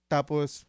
Tapos